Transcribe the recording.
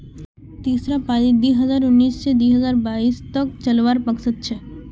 तीसरा पालीत दी हजार उन्नीस से दी हजार बाईस तक चलावार मकसद छे